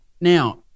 now